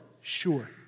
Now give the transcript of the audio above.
sure